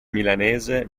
milanese